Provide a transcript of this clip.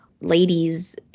ladies